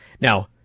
now